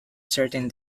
certain